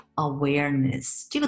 Awareness